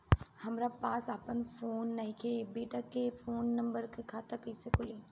हमरा पास आपन फोन नईखे बेटा के फोन नंबर से खाता कइसे खुली?